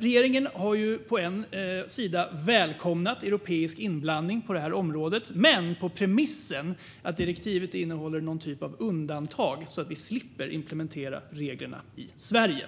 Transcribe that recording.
Regeringen har välkomnat europeisk inblandning på det här området men på premissen att direktivet innehåller någon typ av undantag så att vi slipper implementera reglerna i Sverige.